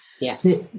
Yes